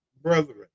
brethren